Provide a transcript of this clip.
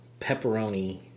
pepperoni